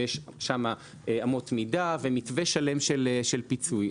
ויש שם אמות מידה ומתווה שלם של פיצוי.